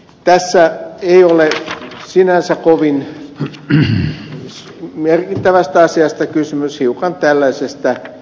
tässä ei ole sinänsä kovin merkittävästä asiasta kysymys hiukan tällaisesta pakkopullasta